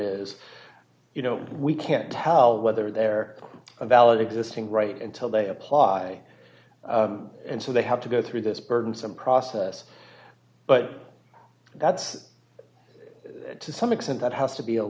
is you know we can't tell whether there are valid existing right until they apply and so they have to go through this burdensome process but that's to some extent that has to be a